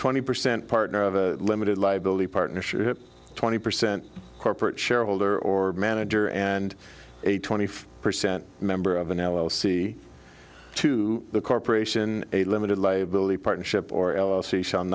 twenty percent partner of a limited liability partnership twenty percent corporate shareholder or manager and a twenty five percent member of an l l c to the corporation a limited liability partnership or l l c s